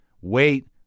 Wait